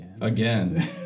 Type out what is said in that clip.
again